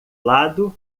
lado